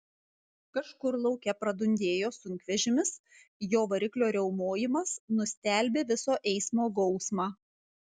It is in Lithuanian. kažkur lauke pradundėjo sunkvežimis jo variklio riaumojimas nustelbė viso eismo gausmą